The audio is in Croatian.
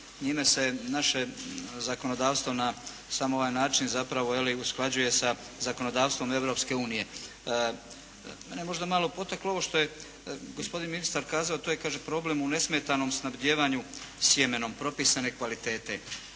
Njime se naše zakonodavstvo na sam ovaj način zapravo usklađuje sa zakonodavstvom Europske unije. Mene je možda malo potaklo ovo što je gospodin ministar kazao a to je kaže problem u nesmetanom snabdijevanju sjemenom propisane kvalitete.